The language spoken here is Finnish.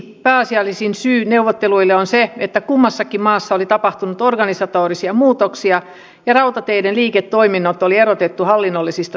pääasiallisin syy neuvotteluihin on se että kummassakin maassa oli tapahtunut organisatorisia muutoksia ja rautateiden liiketoiminnot oli erotettu hallinnollisista tehtävistä